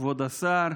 כבוד השר,